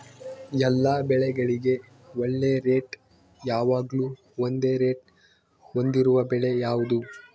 ಎಲ್ಲ ಬೆಳೆಗಳಿಗೆ ಒಳ್ಳೆ ರೇಟ್ ಯಾವಾಗ್ಲೂ ಒಂದೇ ರೇಟ್ ಹೊಂದಿರುವ ಬೆಳೆ ಯಾವುದು?